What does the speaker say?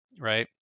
right